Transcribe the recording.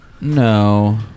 No